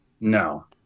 No